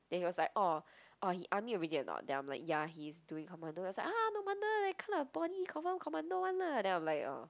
then he was like orh orh he army already or not then I'm like ya he's doing commando then he was like no wonder that kind of body confirm commando [one] lah then I'm like orh